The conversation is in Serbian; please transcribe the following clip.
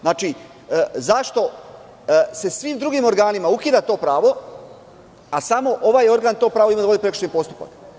Znači, zašto se svim drugim organima ukida to pravo, a samo ovaj organ ima to pravo da vodi prekršajni postupak?